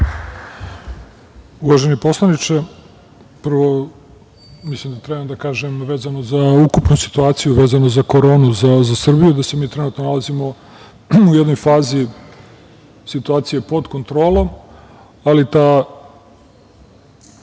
Uvaženi poslaniče, prvo, mislim da treba da kažem vezano za ukupnu situaciju, vezano za koronu, za Srbiju. Mi se nalazimo u jednoj fazi situacije pod kontrolom, ali ta